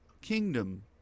kingdom